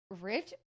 rich